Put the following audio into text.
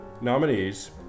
nominees